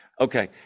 Okay